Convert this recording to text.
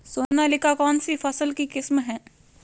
सोनालिका कौनसी फसल की किस्म है?